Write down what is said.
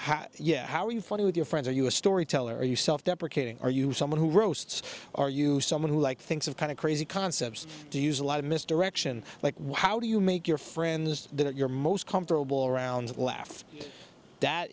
yeah how are you funny with your friends are you a storyteller you self deprecating are you someone who roasts are you someone who like thinks of kind of crazy concepts to use a lot of misdirection like how do you make your friends that you're most comfortable around laugh that